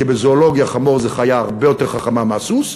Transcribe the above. כי בזואולוגיה חמור זה חיה הרבה יותר חכמה מהסוס,